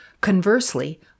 Conversely